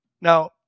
Now